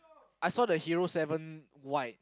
I saw the hero seven white